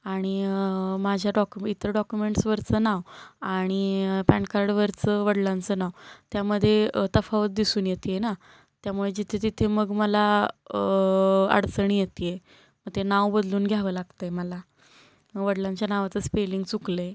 आणि माझ्या डॉक्यु इतर डॉक्युमेंट्सवरचं नाव आणि पॅन कार्डवरचं वडिलांचं नाव त्यामध्ये तफावत दिसून येते आहे ना त्यामुळे जिथे तिथे मग मला अडचणी येते आहे मग ते नाव बदलून घ्यावं लागतं आहे मला वडिलांच्या नावाचं स्पेलिंग चुकलं आहे